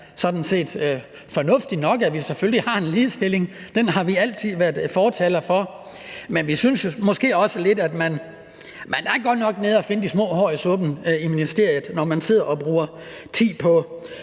sådan set er fornuftigt nok, at vi selvfølgelig har ligestilling. Den har vi altid været fortalere for, men vi synes måske også lidt, at man godt nok er nede at finde de små hår i suppen i ministeriet, når man sidder og bruger tid på